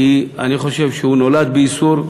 כי אני חושב שהוא נולד באיסור,